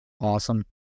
awesome